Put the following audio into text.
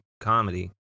comedy